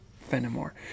Fenimore